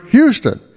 Houston